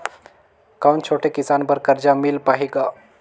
कौन छोटे किसान बर कर्जा मिल पाही ग?